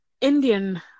Indian